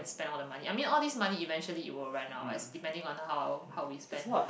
spend all the money I mean all these money eventually it will run out as depending on how how we spend